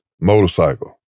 motorcycle